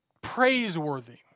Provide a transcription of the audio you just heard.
praiseworthy